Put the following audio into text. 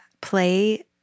play